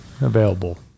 available